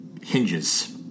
Hinges